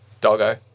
Doggo